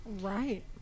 Right